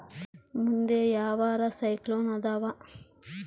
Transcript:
ಮುಂದೆ ಯಾವರ ಸೈಕ್ಲೋನ್ ಅದಾವ?